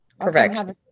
Perfect